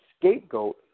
scapegoat